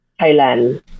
Thailand